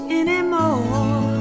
anymore